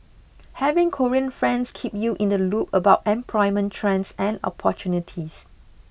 having Korean friends keep you in the loop about employment trends and opportunities